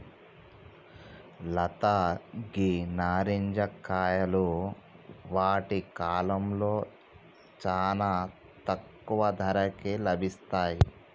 లత గీ నారింజ కాయలు వాటి కాలంలో చానా తక్కువ ధరకే లభిస్తాయి